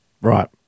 Right